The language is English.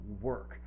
work